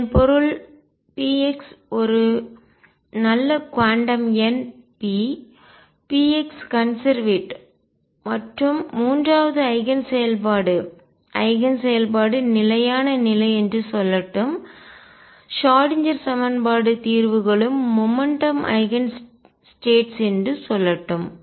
இதன் பொருள் px ஒரு நல்ல குவாண்டம் எண் p px கன்செர்வேட் மற்றும் மூன்றாவது ஐகன் செயல்பாடு ஐகன் செயல்பாடு நிலையான நிலை என்று சொல்லட்டும் ஷ்ராடின்ஜெர் சமன்பாடு தீர்வுகளும் மொமெண்ட்டும் ஐகன் ஸ்டேட்ஸ் என்று சொல்லட்டும்